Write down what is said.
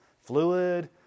fluid